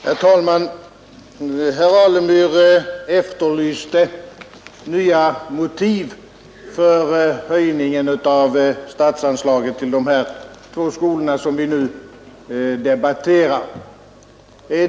Herr talman! Herr Alemyr efterlyste nya motiv för höjningen av statsanslaget till de här två skolorna som vi nu debatterar.